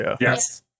Yes